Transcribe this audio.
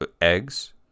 eggs